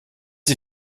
sie